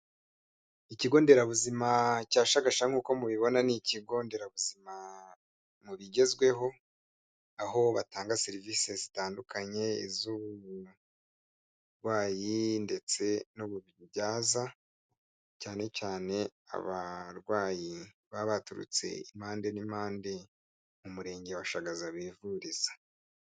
Ikigo nderabuzima cya Shagasha nk'uko mubibona ni ikigo nderabuzima mu bigezweho, aho batanga serivisi zitandukanye: iz'uburwayi ndetse n'ububyaza, cyane cyane abarwayi baba baturutse impande n'impande mu Murenge wa Shagaza bivuriza.